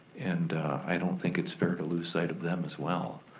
and i don't think it's fair to lose sight of them as well.